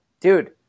Dude